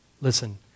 Listen